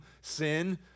sin